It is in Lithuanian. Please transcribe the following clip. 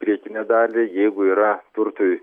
priekinę dalį jeigu yra turtui